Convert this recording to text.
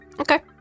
Okay